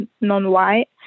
non-white